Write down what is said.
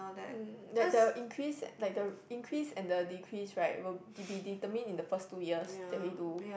mm like the increase like the increase and the decrease right will de~ be determined in the first two years that we do